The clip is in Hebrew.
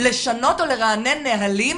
לשנות או לרענן נהלים,